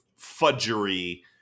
fudgery